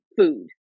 Food